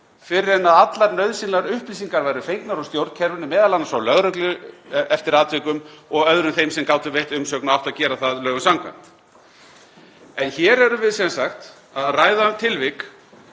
fyrr en allar nauðsynlegar upplýsingar væru fengnar úr stjórnkerfinu, m.a. frá lögreglu, eftir atvikum, og öðrum þeim sem gátu veitt umsögn og áttu að gera það lögum samkvæmt. En hér erum við sem sagt að ræða tilvik